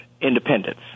independence